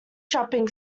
shopping